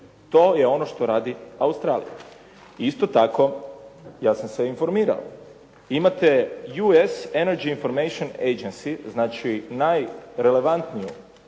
To je ono što radi Australija. Isto tako ja sam se informirao US Energy information agency, znači najrelevantniju